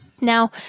Now